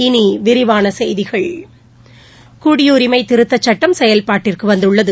இனி விரிவான செய்திகள் குடியுரிமை திருத்தச் சட்டம் செயல்பாட்டிற்கு வந்துள்ளது